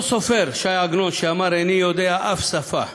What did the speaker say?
אותו סופר, ש"י עגנון, שאמר: איני יודע אף שפה